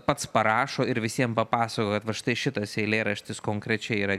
pats parašo ir visiem papasakoja kad štai šitas eilėraštis konkrečiai yra